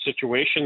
situation